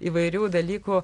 įvairių dalykų